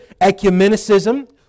ecumenicism